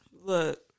Look